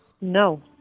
No